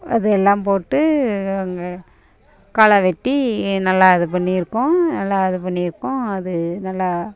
அது எல்லாம் போட்டு அங்கே களைவெட்டி நல்லா இது பண்ணியிருக்கோம் நல்லா இது பண்ணியிருக்கோம் அது நல்லா